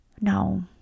No